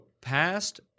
past